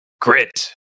grit